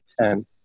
ten